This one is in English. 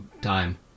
time